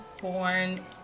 born